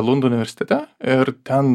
lundo universitete ir ten